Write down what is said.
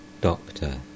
Doctor